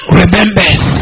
remembers